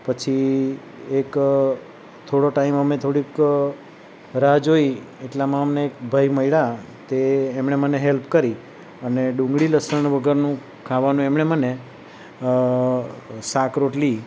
પછી એક થોડોક ટાઈમ અમે થોડીક રાહ જોઈ એટલામાં અમને એક ભઈ મળ્યા તે એમણે મને હેલ્પ કરી અને ડુંગળી લસણ વગરનું ખાવાનું એમણે મને શાક રોટલી